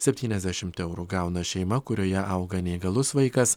septyniasdešimt eurų gauna šeima kurioje auga neįgalus vaikas